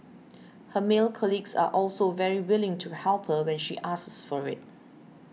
her male colleagues are also very willing to help her when she asks for it